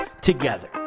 together